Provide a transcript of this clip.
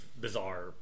bizarre